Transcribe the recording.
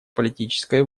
политической